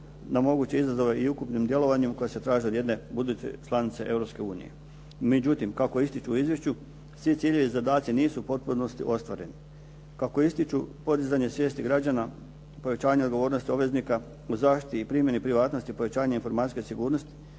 na moguće izazove i ukupnom djelovanju koje se traži od jedne buduće članice Europske unije. Međutim, kako ističu u izvješću svi ciljevi i zadaci nisu u potpunosti ostvareni. Kako ističu podizanje svijesti građana, pojačanje odgovornosti obveznika u zaštiti i primjeni privatnosti i pojačavanje informacijske sigurnosti,